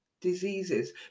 Diseases